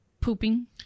pooping